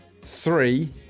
three